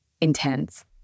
intense